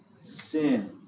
sin